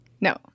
No